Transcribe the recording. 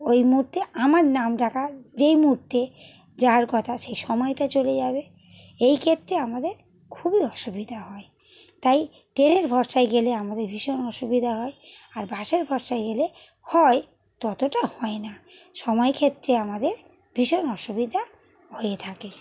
ওই মুহূর্তে আমার নাম ডাকা যেই মুহূর্তে যাওয়ার কথা সে সময়টা চলে যাবে এই ক্ষেত্রে আমাদের খুবই অসুবিধা হয় তাই ট্রেনের ভরসায় গেলে আমাদের ভীষণ অসুবিধা হয় আর বাসের ভরসায় গেলে হয় ততটা হয় না সময় ক্ষেত্রে আমাদের ভীষণ অসুবিধা হয়ে থাকে